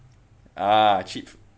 ah cheap